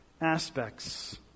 aspects